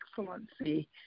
excellency